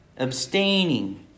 abstaining